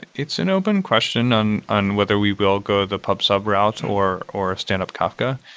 it's an open question on on whether we will go the pub sub route or or standup kafka.